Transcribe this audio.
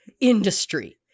industry